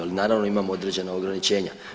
Ali naravno imamo određena ograničenja.